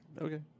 Okay